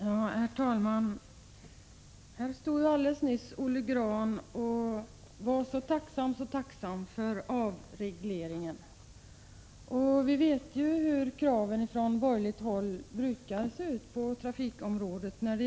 Herr talman! Här stod alldeles nyss Olle Grahn och var så tacksam för avregleringen, och vi vet hur kraven från borgerligt håll brukar se ut på trafikområdet ...